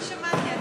אני שמעתי.